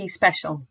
special